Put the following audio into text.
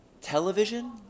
television